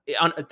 on